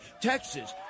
Texas